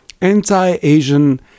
anti-Asian